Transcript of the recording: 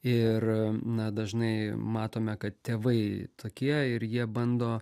ir na dažnai matome kad tėvai tokie ir jie bando